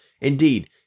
Indeed